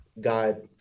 God